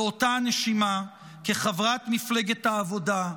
באותה נשימה, כחברת מפלגת העבודה,